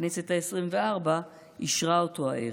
בכנסת העשרים-וארבע, אישרו אותו הערב.